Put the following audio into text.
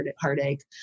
heartache